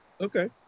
Okay